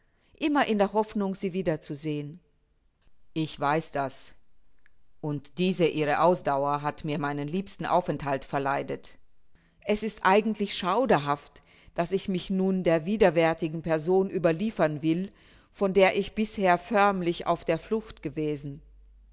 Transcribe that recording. immer in der hoffnung sie wieder zu sehen ich weiß das und diese ihre ausdauer hat mir meinen liebsten aufenthalt verleidet es ist eigentlich schauderhaft daß ich mich nun der widerwärtigen person überliefern will vor der ich bisher förmlich auf der flucht gewesen